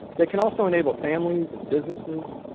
that can also enable families and businesses,